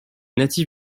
natif